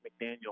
McDaniel